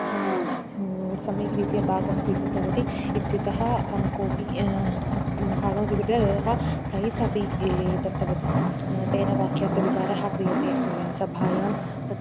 अहं सम्यक् रीत्या भागं स्वीकृतवती इत्यतः अहं कोपि भागं स्वीकृत्य प्रैस् अपि दत्तवती तेन वाख्यार्थविचारः क्रियते सभायां तत्